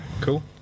Cool